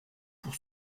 pour